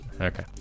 Okay